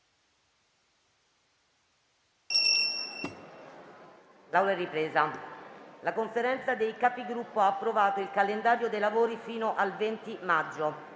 La Conferenza dei Capigruppo ha approvato il calendario dei lavori fino al 20 maggio.